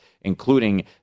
including